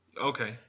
Okay